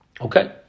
Okay